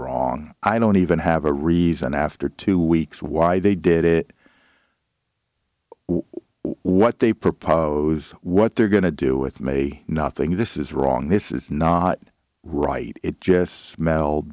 wrong i don't even have a reason after two weeks why they did it what they propose what they're going to do with me nothing this is wrong this is not right it just smell